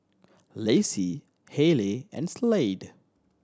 Lassie Hayley and Slade